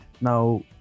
now